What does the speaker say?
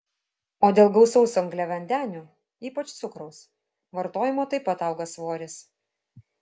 o dėl gausaus angliavandenių ypač cukraus vartojimo taip pat auga svoris